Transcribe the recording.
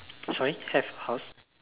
sorry have house